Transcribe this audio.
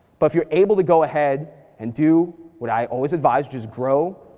but if you're able to go ahead and do what i always advise, which is grow,